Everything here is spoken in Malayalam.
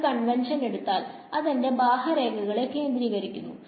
ഞാൻ ഒരു കൺവെൻഷൻ എടുത്താൽ അതെന്റെ ബാഹ്യരേഖകളെകേന്ദ്രീകരിക്കുന്നു